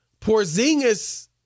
Porzingis